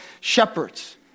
shepherds